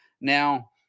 Now